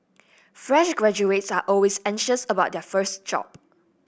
fresh graduates are always anxious about their first job